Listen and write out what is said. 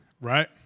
right